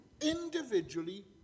individually